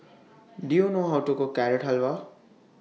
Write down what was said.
Do YOU know How to Cook Carrot Halwa